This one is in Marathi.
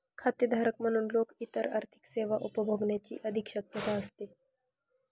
खातेधारक म्हणून लोक इतर आर्थिक सेवा उपभोगण्याची अधिक शक्यता असते